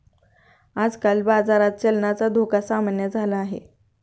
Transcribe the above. आजकाल बाजारात चलनाचा धोका सामान्य झाला आहे